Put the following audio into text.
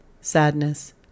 sadness